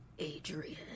Adrian